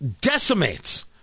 decimates